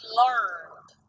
learned